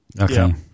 Okay